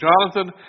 Jonathan